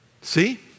See